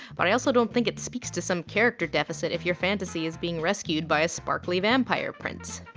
but i also don't think it speaks to some character deficit if your fantasy is being rescued by a sparkly vampire prince.